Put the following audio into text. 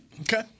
Okay